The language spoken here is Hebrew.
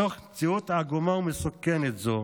מתוך מציאות עגומה ומסוכנת זו